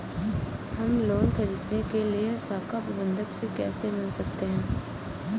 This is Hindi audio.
हम लोन ख़रीदने के लिए शाखा प्रबंधक से कैसे मिल सकते हैं?